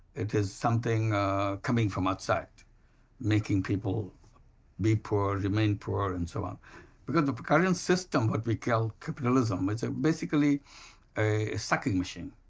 it is something coming from outside making people be poor, remain poor and so on because the current system what we call capitalism, is ah basically a sucking machine,